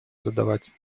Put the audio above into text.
задавать